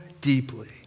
deeply